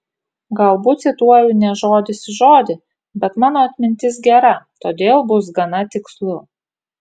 galbūt cituoju ne žodis į žodį bet mano atmintis gera todėl bus gana tikslu